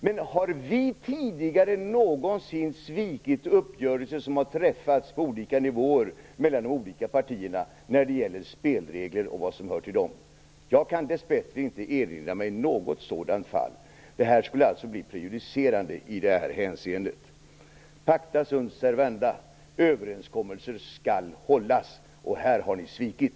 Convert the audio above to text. Men har vi någonsin svikit uppgörelser som har träffats på olika nivåer mellan partierna i fråga om spelreglerna och vad som hör till dem? Jag kan dessbättre inte erinra mig något sådant fall. Det här skulle alltså i det avseendet bli prejudicerande. Pacta sunt servanda; överenskommelser skall hållas. Här har ni svikit.